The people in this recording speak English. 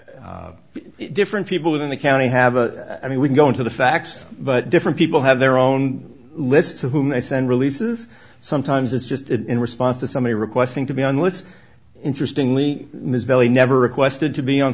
now different people within the county have a i mean we go into the facts but different people have their own lists of whom they send releases sometimes it's just in response to somebody requesting to be on the list interestingly miss bailey never requested to be on